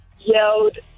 yelled